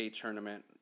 tournament